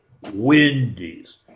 Wendy's